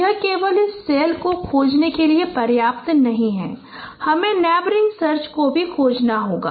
तो यह केवल इस सेल को खोजना पर्याप्त नहीं है हमें नेबरिंग सर्च को भी खोजना होगा